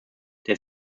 der